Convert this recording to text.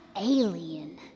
alien